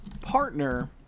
partner